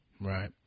Right